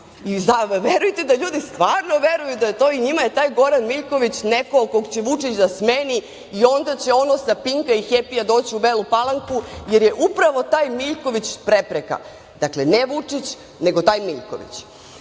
bavi. Verujte da ljudi stvarno veruju da je tako i njima je taj Goran Miljković neko koga će Vučić da smeni i onda će sa „Pinka“ i „Hepija“ doći u Belu Palanku, jer je upravo taj Miljković prepreka. Dakle, ne Vučić, nego taj Miljković. Verujem